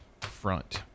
front